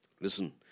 listen